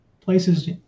places